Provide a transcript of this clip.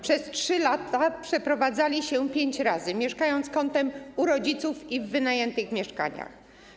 Przez 3 lata przeprowadzali się pięć razy, mieszkali kątem u rodziców i w wynajętych mieszkaniach.